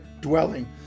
dwelling